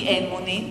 כי אין מונית,